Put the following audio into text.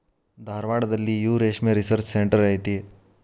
ಧಾರವಾಡದಲ್ಲಿಯೂ ರೇಶ್ಮೆ research centre ಐತಿ